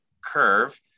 curve